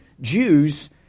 Jews